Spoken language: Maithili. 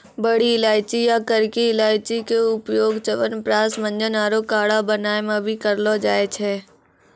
बड़ी इलायची या करकी इलायची के उपयोग च्यवनप्राश, मंजन आरो काढ़ा बनाय मॅ भी करलो जाय छै